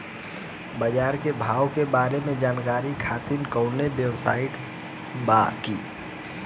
बाजार के भाव के बारे में जानकारी खातिर कवनो वेबसाइट बा की?